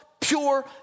pure